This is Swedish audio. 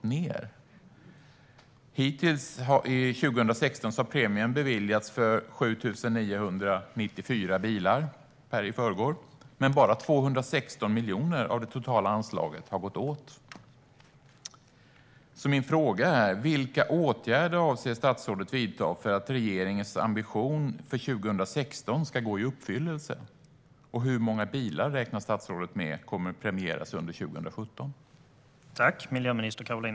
Under 2016 har premien hittills, fram till i förrgår, beviljats för 7 994 bilar, men bara 216 miljoner av det totala anslaget har gått åt. Vilka åtgärder avser statsrådet att vidta för att regeringens ambition för 2016 ska gå i uppfyllelse, och hur många bilar räknar statsrådet med kommer att premieras under 2017?